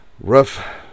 rough